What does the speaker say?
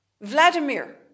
vladimir